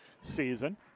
season